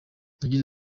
yagize